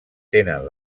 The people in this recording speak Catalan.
tenen